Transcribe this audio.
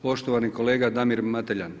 Poštovani kolega Damir Mateljan.